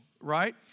right